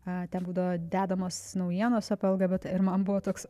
a ten būdavo dedamos naujienos apie el gie bė tė ir man buvo toks